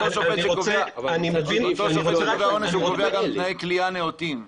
השופט שקובע עונש קובע גם תנאי כליאה נאותים.